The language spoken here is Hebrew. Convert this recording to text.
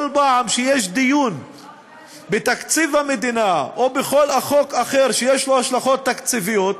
כל פעם שיש דיון בתקציב המדינה או בכל חוק אחר שיש לו השלכות תקציביות,